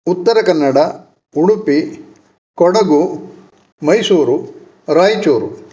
Uttara Kannada Udupi Kodagu Mysuru Raichur